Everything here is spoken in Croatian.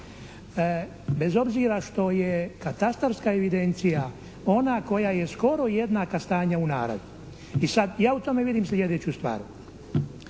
Bez obzira što je katastarska evidencija ona koja je skoro jednaka stanja u naravi. I sad ja u tome vidim sljedeću stvar.